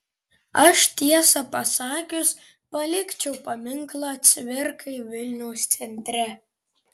aš tiesą pasakius palikčiau paminklą cvirkai vilniaus centre